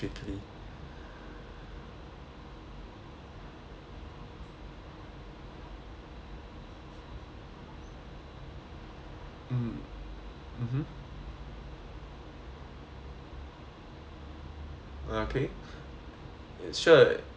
mm mmhmm okay sure